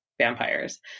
vampires